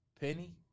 Penny